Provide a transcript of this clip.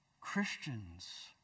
Christians